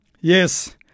Yes